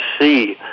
see